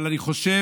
אבל אני חושב,